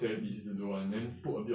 mm